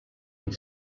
une